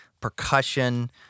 percussion